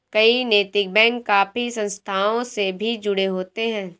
कई नैतिक बैंक काफी संस्थाओं से भी जुड़े होते हैं